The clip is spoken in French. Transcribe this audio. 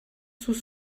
sous